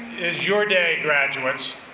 is your day graduates.